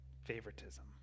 favoritism